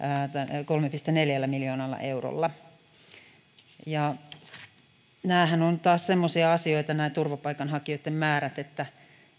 kolmella pilkku neljällä miljoonalla eurolla nämähän ovat taas semmoisia asioita nämä turvapaikanhakijoitten määrät että